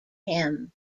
him